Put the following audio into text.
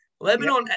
Lebanon